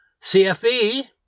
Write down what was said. CFE